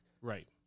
Right